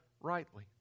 rightly